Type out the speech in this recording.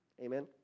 Amen